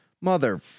mother